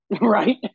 Right